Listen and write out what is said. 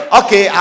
okay